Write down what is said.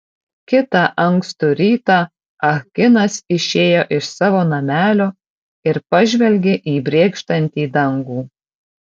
kitą ankstų rytą ah kinas išėjo iš savo namelio ir pažvelgė į brėkštantį dangų